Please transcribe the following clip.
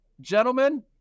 Gentlemen